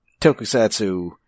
tokusatsu